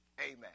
Amen